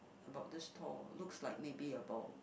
about this tall looks like maybe about